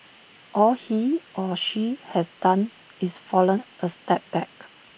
all he or she has done is fallen A step back